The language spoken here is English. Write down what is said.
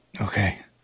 Okay